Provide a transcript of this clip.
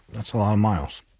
that's a lot of miles.